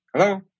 Hello